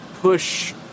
push